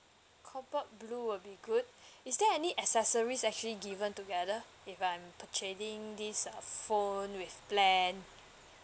cobalt blue will be good is there any accessories actually given together if I'm purchasing this uh phone with plan